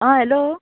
आं हॅलो